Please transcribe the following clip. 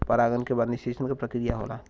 परागन के बाद निषेचन क प्रक्रिया होला